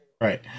Right